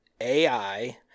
ai